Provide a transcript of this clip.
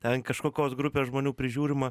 ten kažkokios grupės žmonių prižiūrima